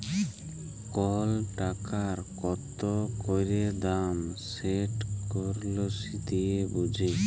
call টাকার কত ক্যইরে দাম সেট কারেলসি দিঁয়ে বুঝি